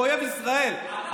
אויב ישראל.